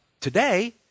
today